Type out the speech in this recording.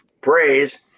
praise